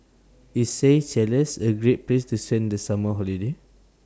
IS Seychelles A Great Place to send The Summer Holiday